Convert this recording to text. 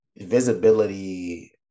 visibility